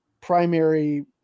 primary